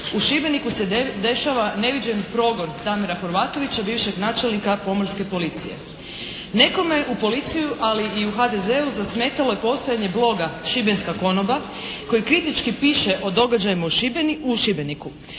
u Šibeniku se dešava neviđen progon Damira Horvatovića, bivšeg načelnika Pomorske policije. Nekome u policiji ali i u HDZ-u zasmetalo je postojanje bloga “Šibenska konoba“ koji kritički piše o događajima u Šibeniku.